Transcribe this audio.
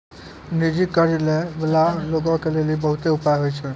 निजी कर्ज लै बाला लोगो के लेली बहुते उपाय होय छै